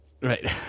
Right